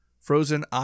Frozen